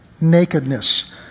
nakedness